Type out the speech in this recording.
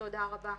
תודה רבה.